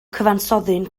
cyfansoddyn